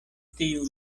tiu